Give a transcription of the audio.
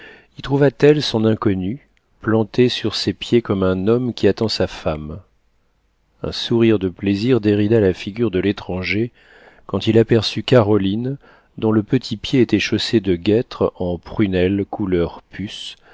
y trouva t elle son inconnu planté sur ses pieds comme un homme qui attend sa femme un sourire de plaisir dérida la figure de l'étranger quand il aperçut caroline dont le petit pied était chaussé de guêtres en prunelle couleur puce